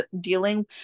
dealing